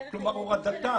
דרך הילדים שלנו.